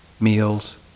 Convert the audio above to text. meals